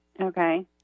Okay